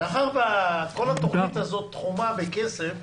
מאחר שכל התוכנית הזאת תחומה בכסף,